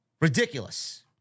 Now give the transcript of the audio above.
Ridiculous